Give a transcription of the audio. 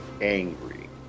angry